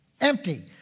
Empty